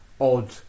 odd